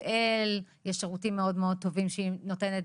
אל - יש לה שם שירותים מאוד מאוד טובים שהיא נותנת,